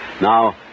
Now